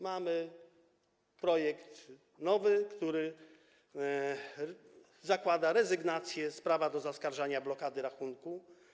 Mamy projekt nowy, który zakłada rezygnację z prawa do zaskarżania blokady rachunku.